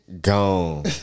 gone